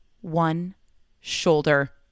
one-shoulder